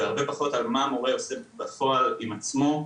והרבה פחות על מה מורה עושה בפועל עם עצמו.